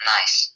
Nice